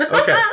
Okay